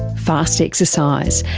fast exercise,